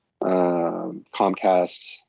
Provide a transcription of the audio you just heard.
Comcast